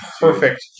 perfect